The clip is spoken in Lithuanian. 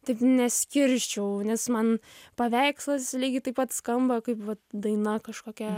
taip neskirsčiau nes man paveikslas lygiai taip pat skamba kaip va daina kažkokia